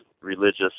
religious